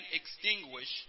extinguish